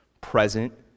present